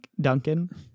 Duncan